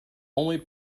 only